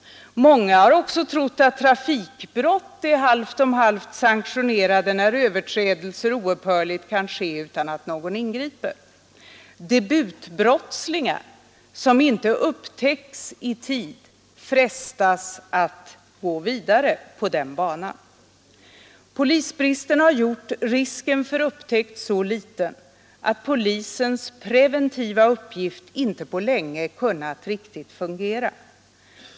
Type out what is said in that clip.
Många har också trott att trafikbrott är halvt om halvt sanktionerade när överträdelser oupphörligen kan ske utan att någon ingriper. Debutbrottss i tid frestas att gå vidare på den banan. Polisbristen har gjort risken för upptäckt så liten att polisens preventiva uppgift inte på länge kunnat riktigt fungera.